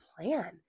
plan